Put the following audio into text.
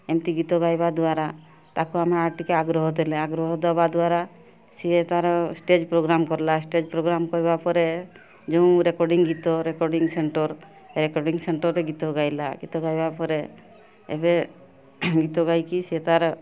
ଏମିତି ଗୀତ ଗାଇବା ଦ୍ଵାରା ତାକୁ ଆମେ ଆଉ ଟିକିଏ ଆଗ୍ରହ ଦେଲେ ଆଗ୍ରହ ଦେବା ଦ୍ଵାରା ସିଏ ତା'ର ଷ୍ଟେଜ୍ ପ୍ରୋଗ୍ରାମ୍ କରିଲା ଷ୍ଟେଜ୍ ପ୍ରୋଗ୍ରାମ୍ କରିବା ପରେ ଯେଉଁ ରେକଡ଼ିଙ୍ଗ୍ ଗୀତ ରେକଡ଼ିଙ୍ଗ୍ ସେଣ୍ଟର୍ ରେକଡ଼ିଙ୍ଗ୍ ସେଣ୍ଟର୍ରେ ଗୀତ ଗାଇଲା ଗୀତ ଗାଇବା ପରେ ଏବେ ଗୀତ ଗାଇକି ସିଏ ତା'ର